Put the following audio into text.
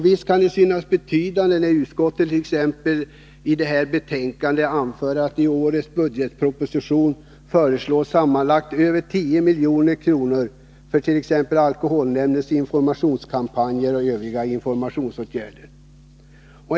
Visst kah det synas betydande när utskottet i det föreliggande betänkandet anför att det i årets budgetproposition anslås sammanlagt över 10 milj.kr. för t.ex. alkoholnämndens informationskampanj och övriga informationsåtgärder.